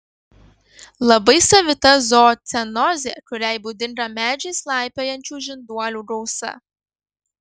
labai savita zoocenozė kuriai būdinga medžiais laipiojančių žinduolių gausa